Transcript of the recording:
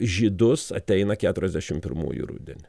žydus ateina keturiasdešim pirmųjų rudenį